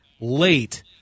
late